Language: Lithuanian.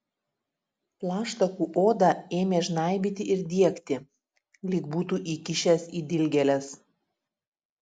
plaštakų odą ėmė žnaibyti ir diegti lyg būtų įkišęs į dilgėles